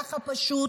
האזרח הפשוט